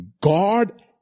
God